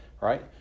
Right